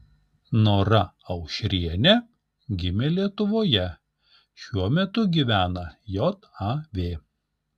nora aušrienė gimė lietuvoje šiuo metu gyvena jav